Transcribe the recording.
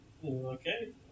Okay